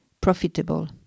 profitable